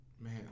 Man